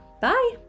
Bye